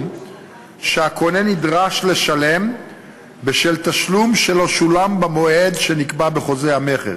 שהקונה נדרש לשלם בשל תשלום שלא שולם במועד שנקבע בחוזה המכר.